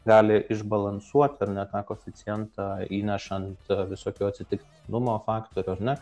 gali išbalansuoti ar ne tą koficientą įnešant visokių atsitiktinumo faktorių ar ne